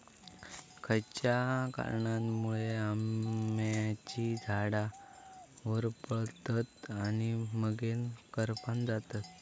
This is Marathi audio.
खयच्या कारणांमुळे आम्याची झाडा होरपळतत आणि मगेन करपान जातत?